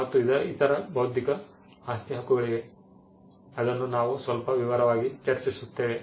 ಮತ್ತು ಇತರ ಬೌದ್ಧಿಕ ಆಸ್ತಿ ಹಕ್ಕುಗಳಿವೆ ಅದನ್ನು ನಾವು ಸ್ವಲ್ಪ ವಿವರವಾಗಿ ಚರ್ಚಿಸುತ್ತೇವೆ